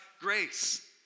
grace